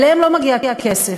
אליהם לא מגיע הכסף.